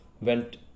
went